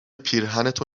پیرهنتو